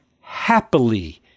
happily